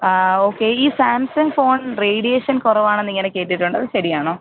ആ ഓക്കെ ഈ Samsung phone radiation കുറവാണെന്ന് ഇങ്ങനെ കേട്ടിട്ടുണ്ട് അത് ശരിയാണോ